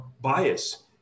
bias